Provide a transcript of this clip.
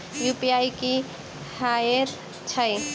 UPI की हएत छई?